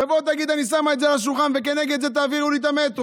תבוא תגיד: אני שמה את זה על השולחן וכנגד זה תעבירו לי את המטרו.